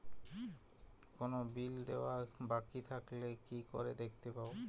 কোনো বিল দেওয়া বাকী থাকলে কি করে দেখতে পাবো?